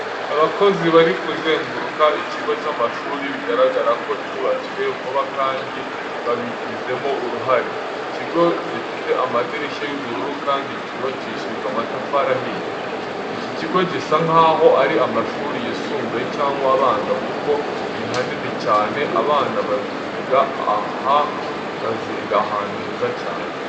Abakozi bari kuzenguruka ikigo cy'amashuri bigaragara ko cyubatswe vuba kandi babigizemo uruhare. Iki kigo gifite amadirishya y'ubururu kandi cyubakishijwe amatafari ahiye. Iki kigo gisa nkaho ari amashuri y'isumbuye cyangwa abanza kuko ni hanini cyane. Abana baziga aha baziga ahantu heza cyane.